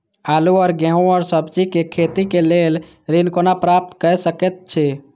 आलू और गेहूं और सब्जी के खेती के लेल ऋण कोना प्राप्त कय सकेत छी?